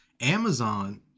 amazon